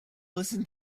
listen